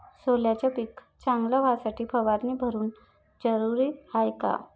सोल्याचं पिक चांगलं व्हासाठी फवारणी भरनं जरुरी हाये का?